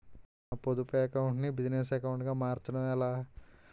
నా పొదుపు అకౌంట్ నీ బిజినెస్ అకౌంట్ గా మార్చడం ఎలా?